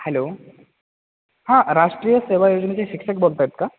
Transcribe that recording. hello हां राष्ट्रीय सेवा योजनेचे शिक्षक बोलत आहेत का